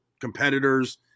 competitors